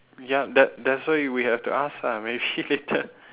ya that's that's why we have to ask ah maybe later